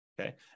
Okay